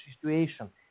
situation